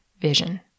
vision